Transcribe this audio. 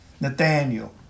Nathaniel